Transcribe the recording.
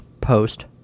post